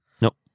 Nope